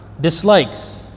dislikes